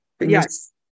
Yes